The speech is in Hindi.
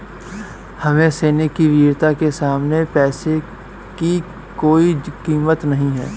हमारे सैनिक की वीरता के सामने पैसे की कोई कीमत नही है